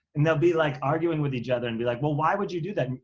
and they'll be, like, arguing with each other and be like, well, why would you do that? and